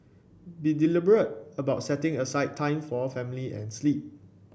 be deliberate about setting aside time for family and sleep